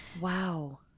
Wow